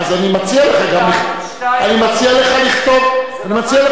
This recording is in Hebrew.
אז אני מציע לך גם, אני מציע לך לכתוב מכתב.